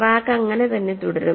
crack അങ്ങനെ തന്നെ തുടരും